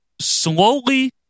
slowly